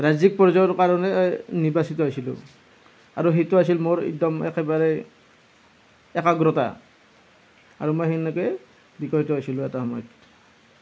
ৰাজ্যিক পৰ্যায়ৰ কাৰণে নিৰ্বাচিত হৈছিলোঁ আৰু সেইটো আছিল মোৰ একদম একেবাৰে একাগ্ৰতা আৰু মই সেনেকৈয়ে বিকশিত হৈছিলোঁ এটা সময়ত